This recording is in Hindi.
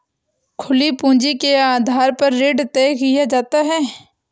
खुली पूंजी के आधार पर ऋण तय किया जाता है